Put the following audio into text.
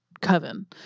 coven